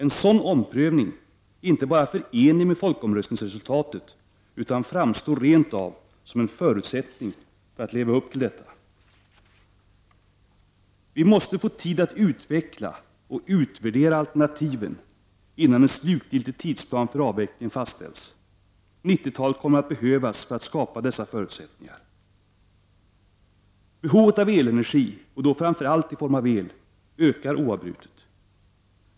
En sådan omprövning är inte bara förenlig med folkomröstningsresultatet utan framstår rent av som en förutsättning för att leva upp till detta. -—— Vi måste få tid att utveckla och utvärdera alternativen innan en slutgiltig tidplan för avvecklingen fastställs. 90-talet kommer att behövas för att skapa dessa förutsättningar. ——— Behovet av energi — och då framför allt i form av el — ökar oavbrutet.